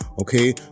okay